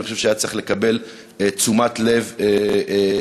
אני חושב שהיה צריך לקבל תשומת לב לפחות